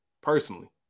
personally